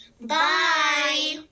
Bye